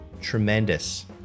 Tremendous